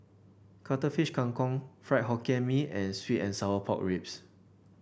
Cuttlefish Kang Kong Fried Hokkien Mee and sweet and Sour Pork Ribs